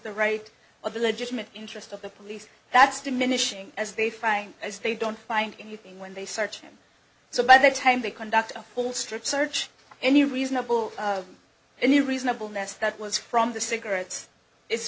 the right of the legitimate interest of the police that's diminishing as they find as they don't find anything when they search him so by the time they conduct a full strip search any reasonable any reasonable ness that was from the cigarettes i